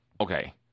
Okay